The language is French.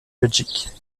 belgique